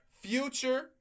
Future